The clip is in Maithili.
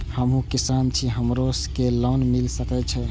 हमू किसान छी हमरो के लोन मिल सके छे?